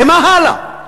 ומה הלאה?